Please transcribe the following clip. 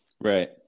right